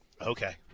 Okay